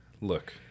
Look